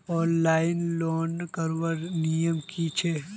Online loan करवार नियम की छे?